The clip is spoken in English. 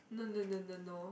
no no no no no